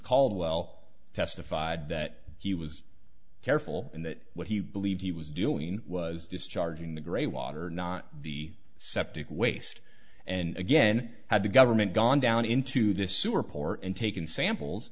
caldwell testified that he was careful and that what he believed he was doing was discharging the grey water not the septic waste and again had the government gone down into this sewer port and taken samples